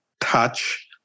touch